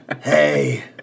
Hey